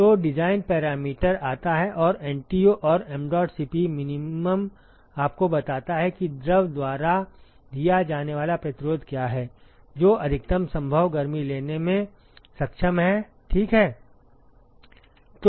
तो design parameter आता है और NTU और mdot Cp min आपको बताता है कि द्रव द्वारा दिया जाने वाला प्रतिरोध क्या है जो अधिकतम संभव गर्मी लेने में सक्षम है ठीक है